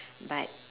but